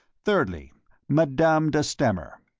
thirdly madame de stamer.